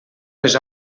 les